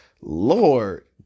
Lord